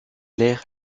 l’air